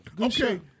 Okay